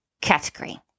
category